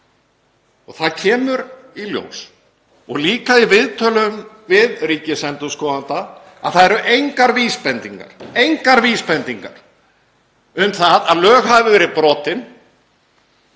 Það kemur í ljós og líka í viðtölum við ríkisendurskoðanda að það eru engar vísbendingar um að lög hafi verið brotin